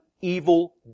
evil